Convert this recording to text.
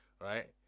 right